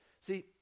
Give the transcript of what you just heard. See